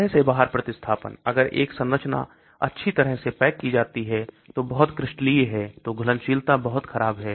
सतह से बाहर प्रतिस्थापन अगर एक संरचना अच्छी तरह से पैक की जाती है तो बहुत क्रिस्टलीय है तो घुलनशीलता बहुत खराब है